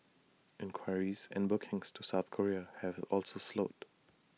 inquiries and bookings to south Korea have also slowed